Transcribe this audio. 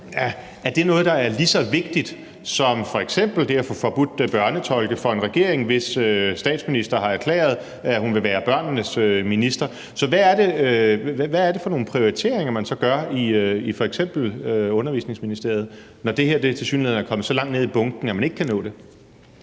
om det er noget, der er lige så vigtigt som f.eks. det at få forbudt børnetolke for en regering, hvis statsminister har erklæret, at hun vil være børnenes statsminister. Så hvad er det for nogle prioriteringer, man laver f.eks. i Børne- og Undervisningsministeriet, når det her tilsyneladende er kommet så langt ned i bunken, at man ikke kan nå det?